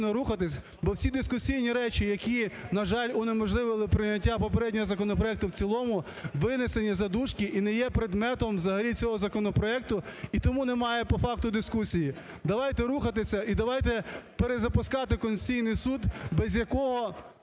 бо всі дискусійні речі, які, на жаль, унеможливили прийняття попереднього законопроекту в цілому, винесені за дужки і не є предметом взагалі цього законопроекту, і тому немає по факту дискусії. Давайте рухатись. І давайте перезапускати Конституційний Суд, без якого,